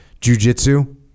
jujitsu